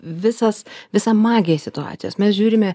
visas visa magija situacijos mes žiūrime